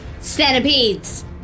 centipedes